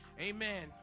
Amen